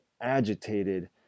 agitated